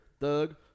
Thug